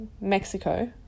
Mexico